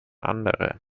andere